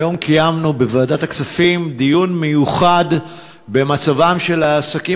היום קיימנו בוועדת הכספים דיון מיוחד במצבם של העסקים